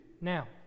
now